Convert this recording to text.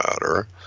matter